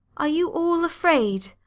are you all afraid?